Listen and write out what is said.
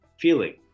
feeling